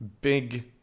big